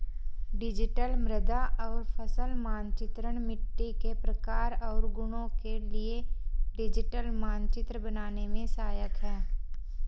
digital मृदा और फसल मानचित्रण मिट्टी के प्रकार और गुणों के लिए डिजिटल मानचित्र बनाने में सहायक है